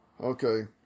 Okay